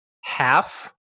half